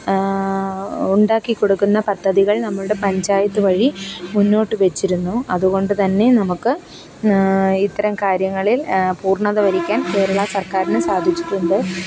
ഉണ്ടാക്കിക്കൊടുക്കുന്ന പദ്ധതികൾ നമ്മളുടെ പഞ്ചായത്ത് വഴി മുന്നോട്ടുവച്ചിരുന്നു അതുകൊണ്ടുതന്നെ നമുക്ക് ഇത്തരം കാര്യങ്ങളിൽ പൂർണ്ണത വരിക്കാൻ കേരള സർക്കാരിന് സാധിച്ചിട്ടുണ്ട്